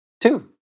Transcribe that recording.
two